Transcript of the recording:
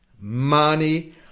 money